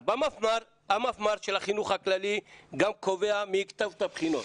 אז המפמ"ר של החינוך הכללי גם קובע מי יכתוב את הבחינות.